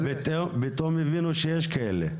פתאום הבינו שיש כאלה.